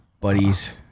buddies